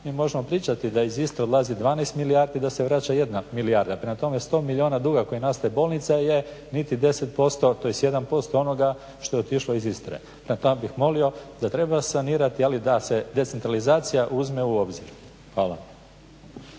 Mi možemo pričati da iz Istre odlazi 12 milijardi, da se vraća 1 milijarda. Prema tome, 100 milijuna duga koji nastaje bolnice je niti 10%, tj. 1% onoga što je otišlo iz Istre. Prema tome, ja bih molio da treba sanirati, ali da se decentralizacija uzme u obzir. Hvala.